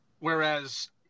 Whereas